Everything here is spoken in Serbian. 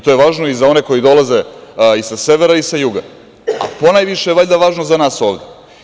To je važno i za one koji dolaze i sa severa i sa juga, a ponajviše je važno valjda za nas ovde.